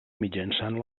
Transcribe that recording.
mitjançant